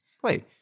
play